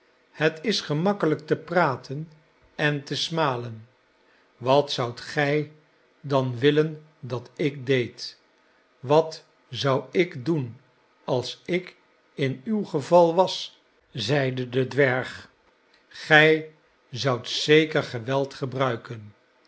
het is gemakkelijk te praten en te smalen wat zoudt gij dan willen dat ik deed wat zou ik doen als ik in uw gevalwas zeide de dwerg gij zoudt zeker geweld gebruiken